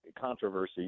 controversy